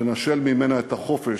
לנשל ממנה את החופש,